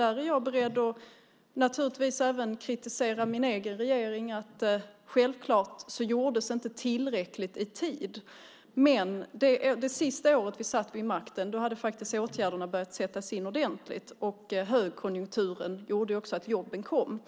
är beredd att kritisera även min egen regering. Självklart gjordes inte tillräckligt i tid. Det sista året vi satt vid makten hade åtgärderna börjat sättas in ordentligt. Högkonjunkturen gjorde att jobben kom.